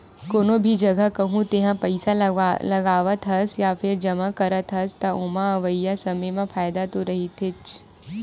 कोनो भी जघा कहूँ तेहा पइसा लगावत हस या फेर जमा करत हस, त ओमा अवइया समे म फायदा तो रहिथेच्चे